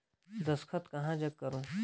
दस्खत कहा जग करो?